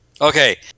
Okay